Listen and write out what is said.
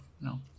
No